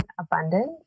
abundance